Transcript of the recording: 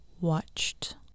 watched